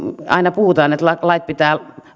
aina puhutaan että lait lait pitää